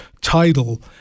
title